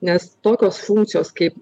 nes tokios funkcijos kaip